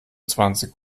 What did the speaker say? zwanzig